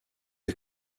est